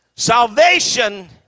Salvation